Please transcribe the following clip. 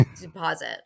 deposit